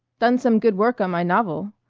done some good work on my novel.